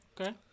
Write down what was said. okay